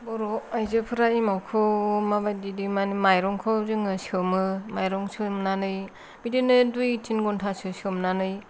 बर' आइजोफोरा एमावखौ माबादि देयो माने माइरंखौ जोङो सोमो माइरंखौ सोमनानै बिदिनो दुइ टिन घन्टासो सोमनानै